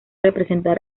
representar